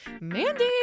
Mandy